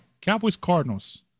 Cowboys-Cardinals